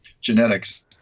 genetics